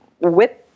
whip